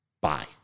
bye